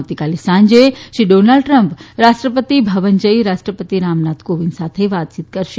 આવતીકાલે સાંજે Shri Donald Trump Rashtrapati Bhavan જઈને રાષ્ટ્રપતિ રામનાથ કોવિંદ સાથે વાતચીત કરશે